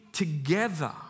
Together